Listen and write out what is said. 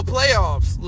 playoffs